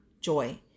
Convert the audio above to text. joy